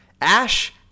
Ash